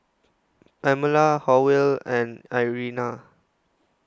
Pamela Howell and Irena